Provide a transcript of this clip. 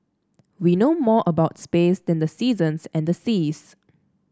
we know more about space than the seasons and the seas